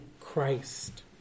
Christ